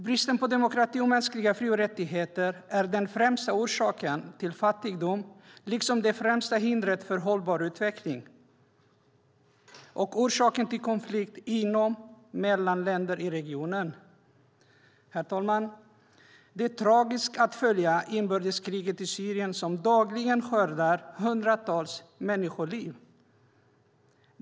Bristen på demokrati och mänskliga fri och rättigheter är den främsta orsaken till fattigdom, liksom det främsta hindret för hållbar utveckling och orsaken till konflikt inom och mellan länder i regionen. Herr talman! Det är tragiskt att följa inbördeskriget i Syrien, som dagligen skördar hundratals människoliv.